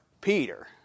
Peter